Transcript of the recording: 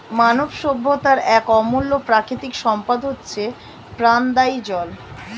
মানব সভ্যতার এক অমূল্য প্রাকৃতিক সম্পদ হচ্ছে প্রাণদায়ী জল